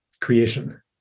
creation